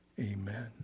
amen